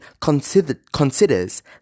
considers